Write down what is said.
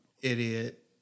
idiot